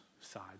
side